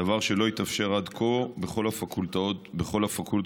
דבר שלא התאפשר עד כה בכל הפקולטות והאוניברסיטאות.